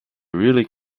really